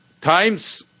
times